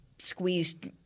squeezed